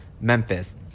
Memphis